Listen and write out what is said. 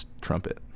trumpet